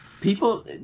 People